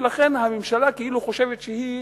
ולכן הממשלה כאילו חושבת שהיא